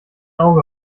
auge